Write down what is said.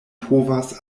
povas